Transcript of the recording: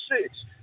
six